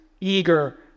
eager